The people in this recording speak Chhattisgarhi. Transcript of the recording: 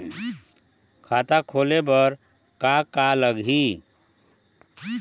खाता खोले बर का का लगही?